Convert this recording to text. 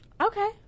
Okay